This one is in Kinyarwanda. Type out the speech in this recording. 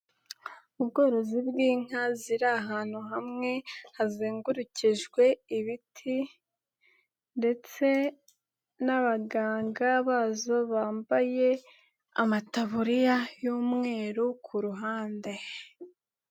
Ubworozi bw'inka ziri ahantu hamwe hazengurukijwe ibiti ndetse n'abaganga bazo bambaye amataburiya y'umweru ku ruhande.